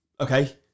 Okay